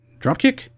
dropkick